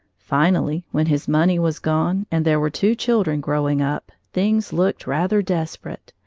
finally when his money was gone, and there were two children growing up, things looked rather desperate.